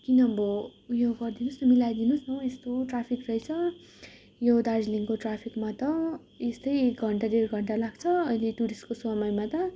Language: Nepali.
कि नभए यो गरिदिनु होस् न मिलाइदिनु होस् न हौ यस्तो ट्राफिक रहेछ यो दार्जिलिङको ट्राफिकमा त यस्तै एक घन्टा डेढ घन्टा लाग्छ अहिले यो टुरिस्टको समयमा त